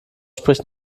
spricht